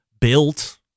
built